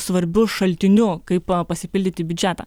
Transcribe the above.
svarbiu šaltiniu kaip pasipildyti biudžetą